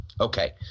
Okay